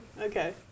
Okay